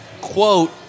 quote